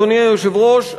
אדוני היושב-ראש,